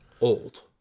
old